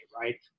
right